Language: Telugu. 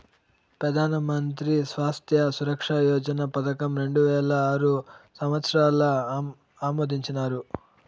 పెదానమంత్రి స్వాస్త్య సురక్ష యోజన పదకం రెండువేల ఆరు సంవత్సరంల ఆమోదించినారు